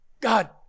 God